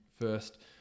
first